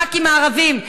הח"כים הערבים,